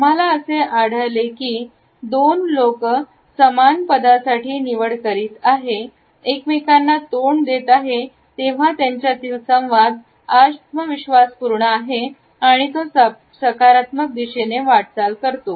आम्हाला असे आढळले की दोन लोक समान पदासाठी निवड करीत आहेत आणि एकमेकांना तोंड देत आहेत तेव्हा त्यांच्यातील संवाद आत्मविश्वासपूर्ण आहे आणि तो सकारात्मक दिशेने वाटचाल करतो